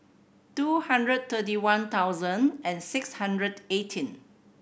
two hundred thirty one thousand and six hundred eighteen